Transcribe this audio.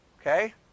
Okay